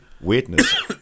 weirdness